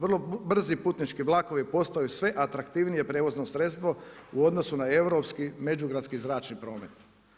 Vrlo brzi putnički vlakovi postaju sve atraktivnije prijevozno sredstvo u odnosu na europski međugradski zračni promet.